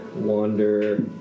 wander